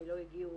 לא הגיעו,